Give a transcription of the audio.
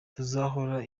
tuzahora